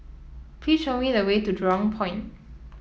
please show me the way to Jurong Point